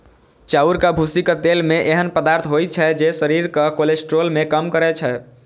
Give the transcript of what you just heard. चाउरक भूसीक तेल मे एहन पदार्थ होइ छै, जे शरीरक कोलेस्ट्रॉल कें कम करै छै